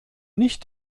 nicht